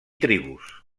tribus